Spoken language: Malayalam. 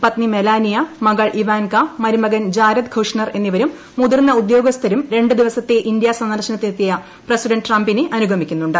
പത്നി മെലാനിയ മകൾ ഇവാൻകാ മരുമകൻ ജാരദ് ഖുഷ്നർ എന്നിവരും മുതിർന്ന ഉദ്യോഗസ്ഥരും രണ്ട് ദിവസത്തെ ഇന്ത്യാ സന്ദർശനത്തിനെത്തിയ പ്രസിഡന്റ് ട്രംപിനെ അനുഗമിക്കുന്നുണ്ട്